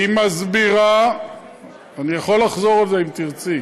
היא מסבירה, נו, אז השרה